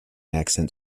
accent